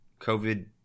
COVID